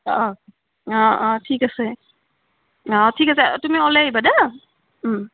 অঁ অঁ ঠিক আছে অঁ ঠিক আছে তুমি উলেই আইভা দৌ